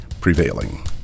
prevailing